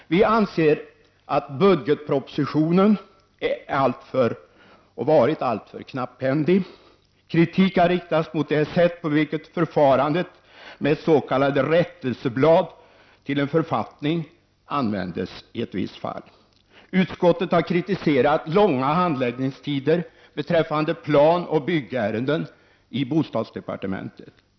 Vi anser att budgetpropositionen är alltför knapphändig. Kritik har riktats mot det sätt på vilket förfarandet med ett s.k. rättelseblad till en författning användes i ett visst fall. Utskottet har kritiserat långa handläggningstider beträffande planoch byggärenden i bostadsdepartementet.